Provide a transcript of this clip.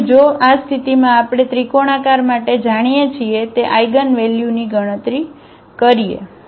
તેથી જો આ સ્થિતિમાં આપણે ત્રિકોણાકાર માટે જાણીએ છીએ તે આઇગનવેલ્યુની ગણતરી કરીએ